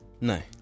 No